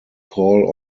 call